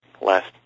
last